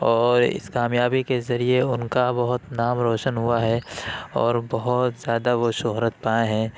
اور اس کامیابی کے ذریعے ان کا بہت نام روشن ہوا ہے اور بہت زیادہ وہ شہرت پائے ہیں